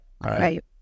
Right